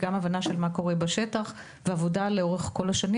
גם הבנה של מה שקורה בשטח וגם עבודה לאורך כל השנים